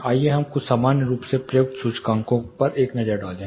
आइए हम कुछ सामान्य रूप से प्रयुक्त सूचकांकों पर एक नज़र डालें